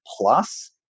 plus